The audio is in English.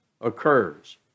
occurs